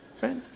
Right